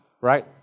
right